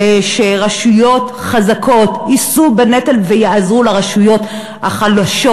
שרשויות חזקות יישאו בנטל ויעזרו לרשויות החלשות.